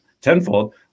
tenfold